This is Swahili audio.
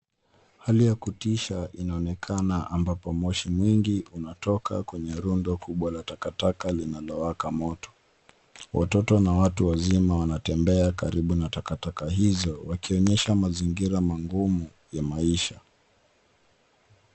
Hali ya kutisha inaonekana ambapo moshi mingi unatoka kwenye rundo kubwa la takataka linalowaka moto. Watoto na watu wazima wanatembea karibu na takataka hizo wakionyesha mazingira mangumu ya maisha.